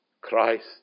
Christ